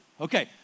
Okay